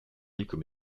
quelques